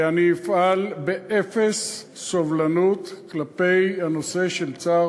ואני אפעל באפס סובלנות כלפי הנושא של צער